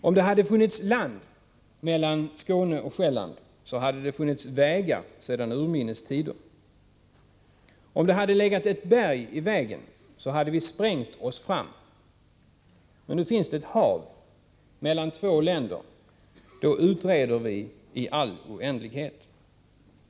Om det hade funnits land mellan Skåne och Själland, så hade det funnits vägar sedan urminnes tider. Om det hade legat ett berg i vägen, så hade vi sprängt oss fram. Men nu finns det ett hav — mellan två länder — och då utreder vi i all oändlighet.